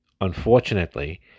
unfortunately